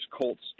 Colts